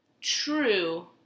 true